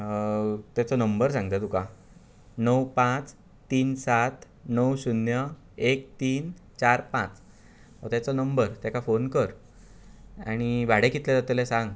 तेचो नंबर सांगतां तुका णव पांच तीन सात णव शून्य एक तान चार पांच हो ताचो नंबर ताका फोन कर आनी भाडें कितलें जातलें ताका सांग